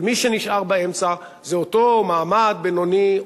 אבל מי שנשאר באמצע זה אותו מעמד בינוני,